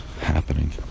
happening